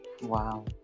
Wow